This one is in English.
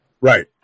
Right